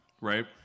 right